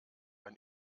ein